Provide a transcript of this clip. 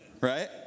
Right